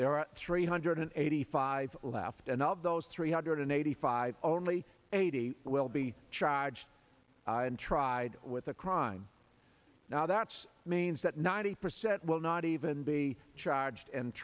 there are three hundred eighty five left and of those three hundred eighty five only eighty will be charged and tried with a crime now that's means that ninety percent will not even be charged and